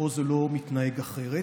ופה זה לא מתנהג אחרת.